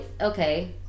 okay